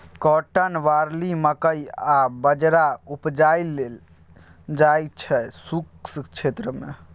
cotton, barley, मकइ आ बजरा उपजाएल जाइ छै शुष्क क्षेत्र मे